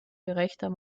gerechter